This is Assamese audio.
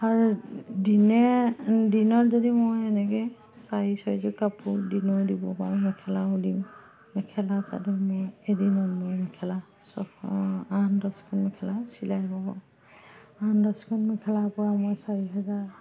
দিনে দিনত যদি মই এনেকে চাৰি চাৰিযোৰ কাপোৰ দিনেও দিব পাৰোঁ মেখেলাও দিওঁ মেখেলা চাদৰ মই এদিনত মেখেলা চাদৰ ছখন আঠ দহখন মেখেলা চিলাই ল'ব পাৰোঁ আঠ দছখন মেখেলাৰ পৰা মই চাৰি হাজাৰ